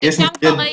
שם כבר היינו.